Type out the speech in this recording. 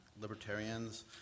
libertarians